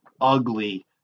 ugly